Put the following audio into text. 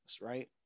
right